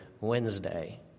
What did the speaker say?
Wednesday